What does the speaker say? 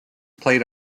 played